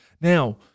Now